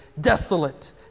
Desolate